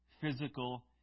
physical